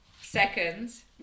seconds